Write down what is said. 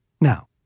Now